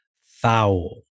foul